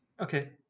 okay